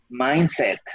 mindset